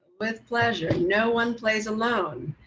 with pleasure, no one plays alone.